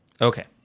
Okay